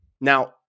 Now